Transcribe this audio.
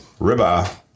ribeye